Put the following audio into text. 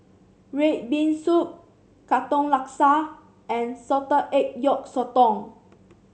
red bean soup Katong Laksa and Salted Egg Yolk Sotong